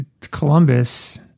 Columbus